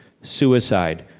suicide,